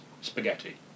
spaghetti